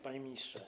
Panie Ministrze!